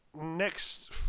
next